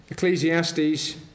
Ecclesiastes